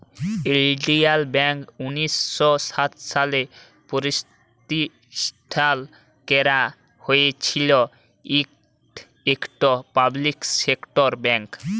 ইলডিয়াল ব্যাংক উনিশ শ সাত সালে পরতিষ্ঠাল ক্যারা হঁইয়েছিল, ইট ইকট পাবলিক সেক্টর ব্যাংক